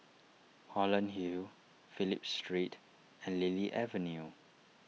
Holland Hill Phillip Street and Lily Avenue